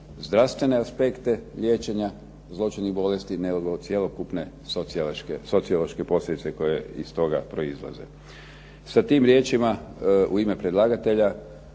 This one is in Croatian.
zdravstvene aspekte liječenja zloćudnih bolesti nego cjelokupne sociološke posljedice koje iz toga proizlaze. Sa tim riječima u ime predlagatelja